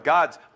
God's